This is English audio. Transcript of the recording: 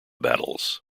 battles